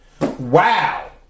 Wow